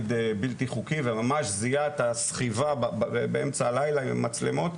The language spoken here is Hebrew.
בלתי חוקי וממש זיהה את הסחיבה באמצע הלילה עם המצלמות,